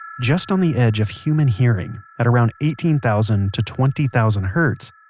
just on the edge of human hearing, at around eighteen thousand to twenty thousand hertz,